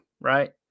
right